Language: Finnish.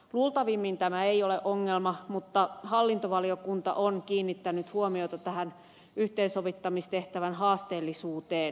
luultavimmin tämä ei ole ongelma mutta hallintovaliokunta on kiinnittänyt huomiota tähän yhteensovittamistehtävän haasteellisuuteen